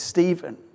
Stephen